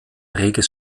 reges